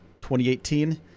2018